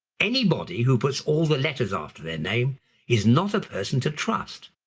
anybody who puts all the letters after their name is not a person to trust.